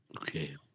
Okay